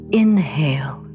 inhale